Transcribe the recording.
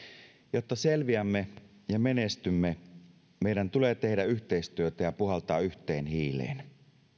jotta selviämme ja menestymme meidän tulee tehdä yhteistyötä ja puhaltaa yhteen hiileen